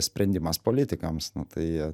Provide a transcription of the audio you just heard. sprendimas politikams nu tai jie